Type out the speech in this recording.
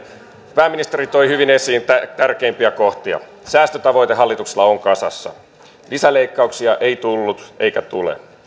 pääministeri toi hyvin esiin tärkeimpiä kohtia säästötavoite hallituksella on kasassa lisäleikkauksia ei tullut eikä tule